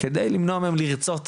כדי למנוע מהם לרצות,